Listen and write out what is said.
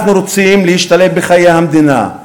אנחנו רוצים להשתלב בחיי המדינה,